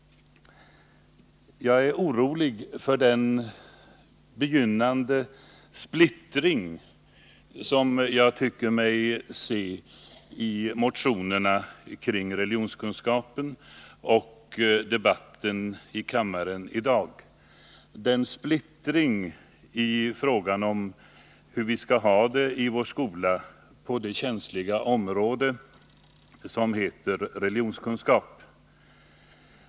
Jag är orolig för den begynnande splittring som jag tycker mig se i motionerna kring religionskunskapen och i dagens debatt här i kammaren — splittringen i fråga om hur vi i vår skola skall ha det på det känsliga område som heter religionskunskap.